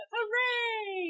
Hooray